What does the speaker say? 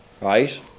Right